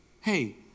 hey